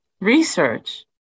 research